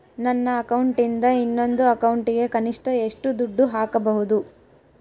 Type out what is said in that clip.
ನನ್ನ ಅಕೌಂಟಿಂದ ಇನ್ನೊಂದು ಅಕೌಂಟಿಗೆ ಕನಿಷ್ಟ ಎಷ್ಟು ದುಡ್ಡು ಹಾಕಬಹುದು?